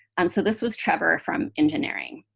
um so this was trevor from engineering.